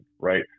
right